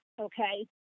Okay